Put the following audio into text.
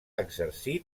exercit